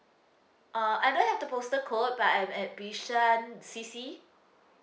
uh I don't have the postal code but I'm at bishan C_C